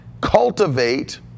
Cultivate